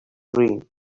dream